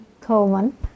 Coleman